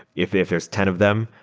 if if there's ten of them,